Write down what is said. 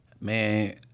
Man